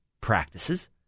practices